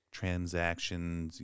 transactions